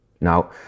Now